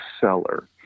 seller